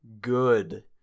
good